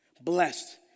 Blessed